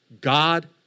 God